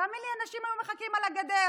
תאמין לי, אנשים היו מחכים על הגדר.